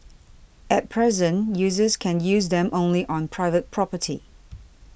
at present users can use them only on private property